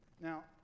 Now